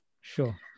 Sure